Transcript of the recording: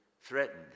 threatened